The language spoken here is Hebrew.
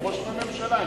לפרוש מהממשלה,